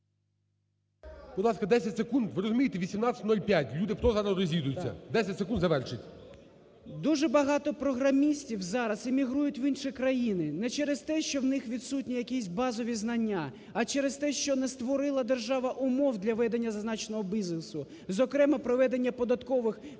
Дуже багато програмістів зараз емігрують в інші країни не через те, що в них відсутні якісь базові знання, а через те, що не створила держава умов для ведення зазначеного бізнесу, зокрема, проведення податкових,